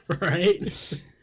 right